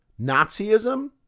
Nazism